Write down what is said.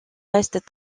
reste